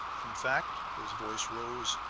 in fact his voice rose,